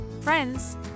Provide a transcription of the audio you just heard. friends